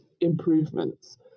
improvements